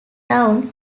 down